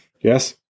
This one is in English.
Yes